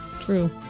True